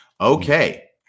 Okay